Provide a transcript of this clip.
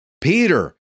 Peter